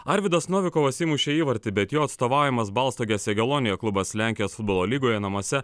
arvydas novikovas įmušė įvartį bet jo atstovaujamas balstogės segalonija klubas lenkijos futbolo lygoje namuose